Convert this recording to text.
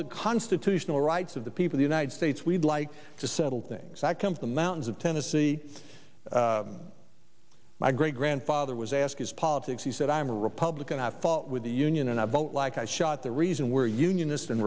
the constitutional rights of the people the united states we'd like to settle things that come to the mountains of tennessee my great grandfather was asked his politics he said i'm a republican i fought with the union and i vote like i shot the reason we're union